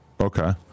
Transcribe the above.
Okay